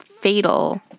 fatal